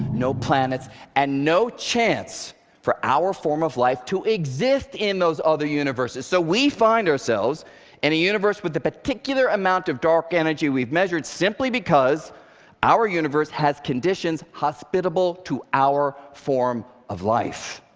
no planets and no chance for our form of life to exist in those other universes. so we find ourselves in a universe with the particular amount of dark energy we've measured simply because our universe has conditions hospitable to our form of life.